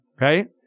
right